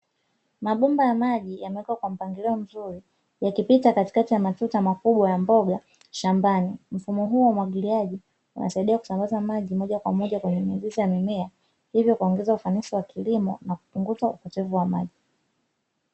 Mabomba ya maji yamewekwa kwa mpangilio mzuri yakipita katikati ya matuta makubwa ya mboga shambani. Mfumo huo wa umwagiliaji unasaidia kusambaza maji moja kwa moja kwenye mizizi ya mimea hivyo kuongeza ufanisi wa kilimo na kupunguza upotevu wa maji.